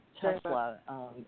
Tesla –